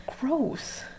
gross